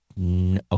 Okay